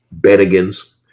Bennigan's